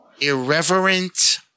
irreverent